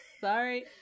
Sorry